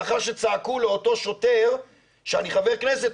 לאחר שצעקו לאותו שוטר שאני חבר כנסת,